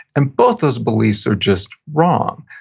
and both those beliefs are just wrong.